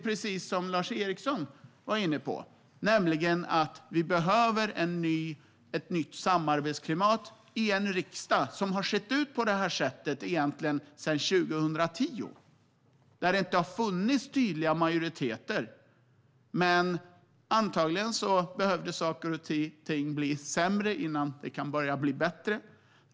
Precis som Lars Eriksson var inne på behöver vi ett nytt samarbetsklimat i en riksdag som egentligen sett ut på det här sättet sedan 2010, där det inte finns tydliga majoriteter. Antagligen behövde saker och ting bli sämre innan de kunde börja bli bättre.